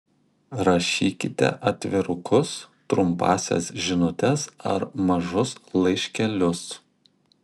rašykite atvirukus trumpąsias žinutes ar mažus laiškelius